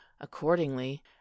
accordingly